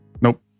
Nope